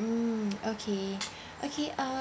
mm okay okay uh